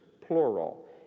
plural